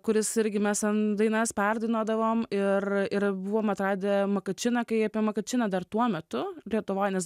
kuris ir mes ten dainas perdainuodavom ir ir buvom atradę makačiną kai apie makačiną dar tuo metu lietuvoj nes